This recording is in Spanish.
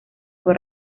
fue